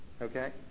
Okay